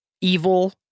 evil